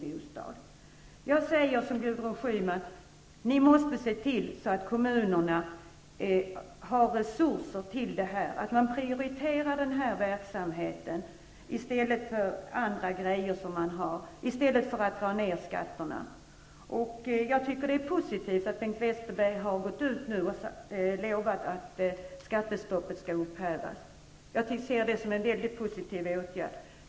Jag säger precis som Gudrun Schyman att ni måste se till att kommunerna får resurser och att den här verksamheten prioriteras, i stället för sänka skatterna. Det är positivt att Bengt Westerberg nu har har lovat att skattestoppet skall upphävas. Det ser jag som en mycket positiv åtgärd.